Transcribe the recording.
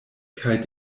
kaj